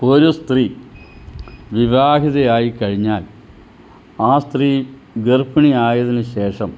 ഒരു സ്ത്രീ വിവാഹിതയായിക്കഴിഞ്ഞാൽ ആ സ്ത്രീ ഗർഭിണിയായതിനു ശേഷം